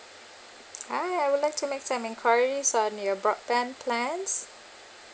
hi I would like to make some enquiry on your broadband plans